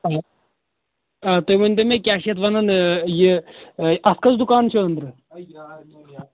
آ تُہۍ ؤنۍتَو مےٚ کیٛاہ چھِ یَتھ وَنَن یہِ اَتھ کٔژ دُکان چھِ أنٛدرٕ